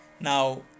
now